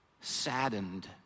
saddened